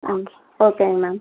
ஆ ஓகேங்க மேம்